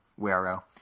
Wero